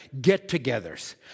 get-togethers